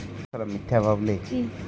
গটে রকমের কাগজ থাকতিছে টাকা তুলার লিগে